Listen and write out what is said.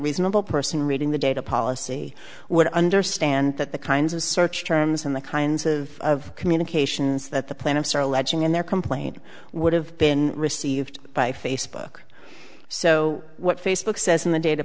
reasonable person reading the data policy would understand that the kinds of search terms and the kinds of communications that the plaintiffs are alleging in their complaint would have been received by facebook so what facebook says in the da